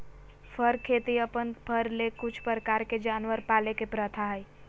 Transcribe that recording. फर खेती अपन फर ले कुछ प्रकार के जानवर पाले के प्रथा हइ